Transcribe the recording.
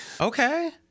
Okay